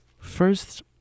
first